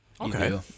Okay